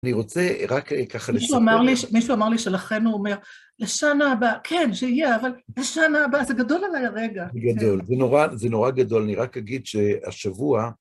אני רוצה רק ככה לסוגר. מישהו אמר לי, מישהו אמר לי שלכן הוא אומר, לשנה הבאה, כן, שיהיה, אבל לשנה הבאה, זה גדול עלי הרגע. זה גדול, זה נורא זה נורא גדול, אני רק אגיד שהשבוע...